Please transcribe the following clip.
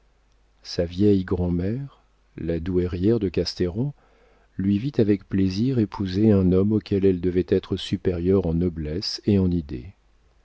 sa vieille grand'mère la douairière de casteran lui vit avec plaisir épouser un homme auquel elle devait être supérieure en noblesse et en idées